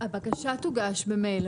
הבקשה תוגש במייל.